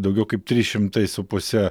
daugiau kaip trys šimtai su puse